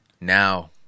now